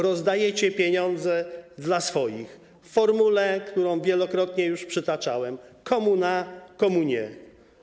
Rozdajecie pieniądze dla swoich w formule, którą wielokrotnie już przytaczałem: komu na, komu nie.